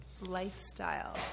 lifestyle